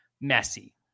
messy